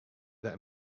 that